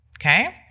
Okay